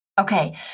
Okay